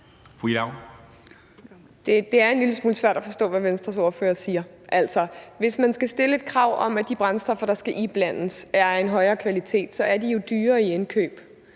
smule svært at forstå, hvad Venstres ordfører siger. Altså, hvis man skal stille krav om, at de brændstoffer, der skal iblandes, skal være af en højere kvalitet, så er de jo dyrere i indkøb.